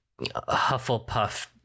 Hufflepuff